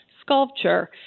sculpture